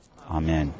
Amen